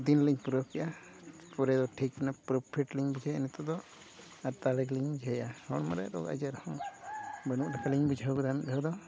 ᱫᱤᱱᱞᱤᱧ ᱯᱩᱨᱟᱹᱣ ᱠᱮᱫᱼᱟ ᱯᱩᱨᱟᱹᱣ ᱴᱷᱤᱠᱮᱱᱟ ᱯᱩᱨᱟᱹ ᱞᱤᱧ ᱵᱩᱡᱷᱟᱹᱣᱮᱫᱼᱟ ᱱᱤᱛᱳᱜ ᱫᱚ ᱟᱨ ᱫᱟᱲᱮ ᱜᱮᱞᱤᱧ ᱵᱩᱡᱷᱟᱹᱣᱮᱫᱼᱟ ᱦᱚᱲᱢᱚᱨᱮ ᱨᱳᱜᱽᱼᱟᱡᱟᱨ ᱦᱚᱸ ᱵᱟᱱᱩᱜ ᱞᱮᱠᱟᱞᱤᱧ ᱵᱩᱡᱷᱟᱹᱣ ᱜᱚᱫᱟ ᱢᱤᱫ ᱫᱷᱟᱹᱣ ᱫᱚ